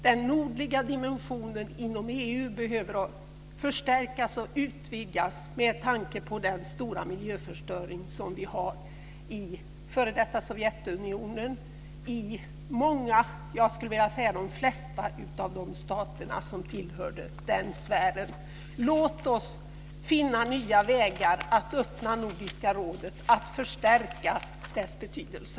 Den nordliga dimensionen inom EU behöver förstärkas och utvidgas med tanke på den stora miljöförstöring vi har i f.d. Sovjetunionen och i många, jag skulle vilja säga de flesta, av de stater som tillhörde den sfären. Låt oss finna nya vägar att öppna Nordiska rådet och förstärka dess betydelse.